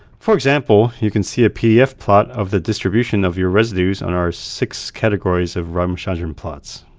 for example, you can see a pdf plot of the distribution of your residues on our six categories of ramachandran plots.